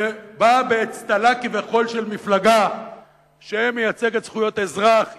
שבאה באצטלה של מפלגה שמייצגת זכויות אזרח כביכול,